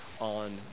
on